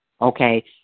okay